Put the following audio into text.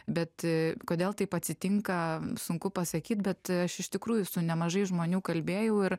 bet kodėl taip atsitinka sunku pasakyt bet aš iš tikrųjų su nemažai žmonių kalbėjau ir